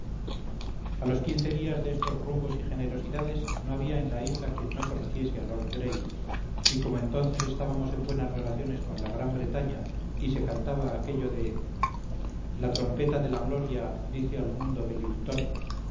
a los quince días de estos rumbos y generosidades no había en la isla quien no conociese a lord gray y como entonces estábamos en buenas relaciones con la gran bretaña y se cantaba aquello de la trompeta de la gloria dice al mundo velintón